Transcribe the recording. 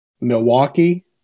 Milwaukee